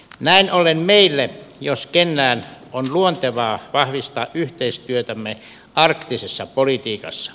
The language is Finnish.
näin ollen meille jos kenellekään on luontevaa vahvistaa yhteistyötämme arktisessa politiikassa